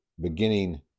beginning